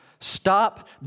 Stop